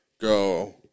go